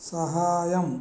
సహాయం